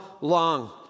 Long